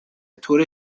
طور